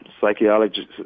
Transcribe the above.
psychologist